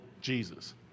Jesus